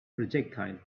projectile